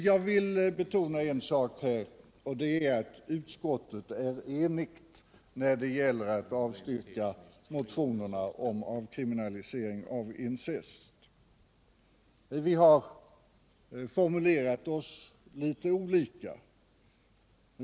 Jag vill betona att utskottet är enigt när det gäller att avstyrka motionerna om avkriminalisering av incest. Vi har formulerat oss litet olika.